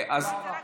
תודה רבה.